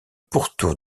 pourtour